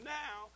now